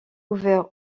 ouvert